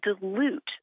dilute